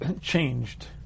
changed